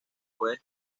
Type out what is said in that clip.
puede